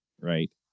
right